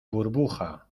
burbuja